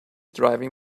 driving